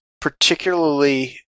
particularly